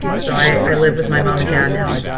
so i i live with my mom and dad now.